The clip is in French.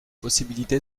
possibilité